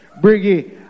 Briggy